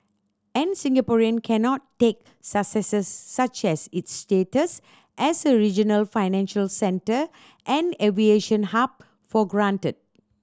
and Singaporean cannot take successes such as its status as a regional financial centre and aviation hub for granted